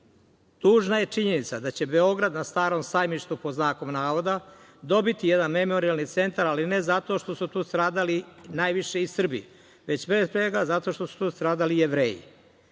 je činjenica da će Beograd na "Starom sajmištu" dobiti jedan memorijalni centar, ali ne zato što su tu stradali najviše i Srbi, već pre svega zato što su tu stradali Jevreji.